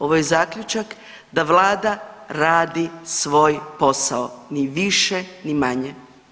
Ovo je zaključak da vlada radi svoj posao, ni više ni manje.